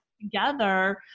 together